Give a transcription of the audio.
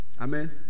Amen